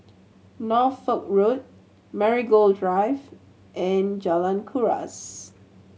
Norfolk Road Marigold Drive and Jalan Kuras